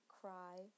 cry